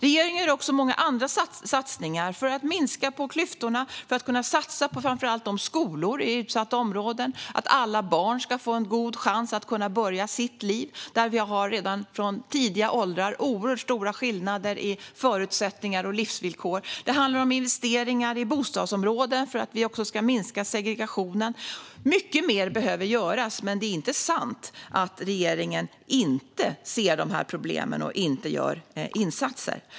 Regeringen gör också många andra satsningar för att minska klyftorna. Det handlar om att kunna satsa framför allt på skolor i utsatta områden. Alla barn ska få en god chans att kunna börja sitt liv. Vi har redan från tidiga åldrar oerhört stora skillnader i förutsättningar och livsvillkor. Det handlar om investeringar i bostadsområden för att vi ska minska segregationen. Det är mycket mer som behöver göras. Men det är inte sant att regeringen inte ser problemen och inte gör insatser.